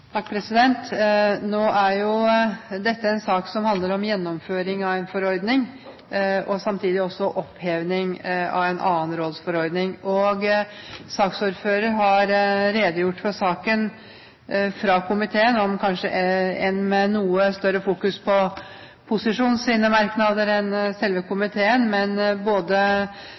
jo dette en sak som handler om gjennomføring av en forordning og samtidig oppheving av en annen rådsforordning. Saksordføreren har redegjort for saken fra komiteen, med kanskje noe større fokus på posisjonens merknader enn selve komiteens merknader. Både